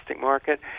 market